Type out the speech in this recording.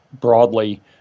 broadly